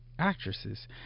actresses